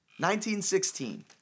1916